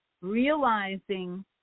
realizing